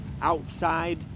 Outside